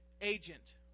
agent